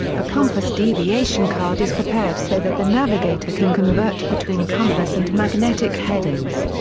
a compass deviation card is prepared so that the navigator can convert between compass and magnetic headings.